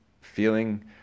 feeling